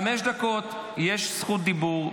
חמש דקות, יש זכות דיבור.